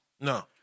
No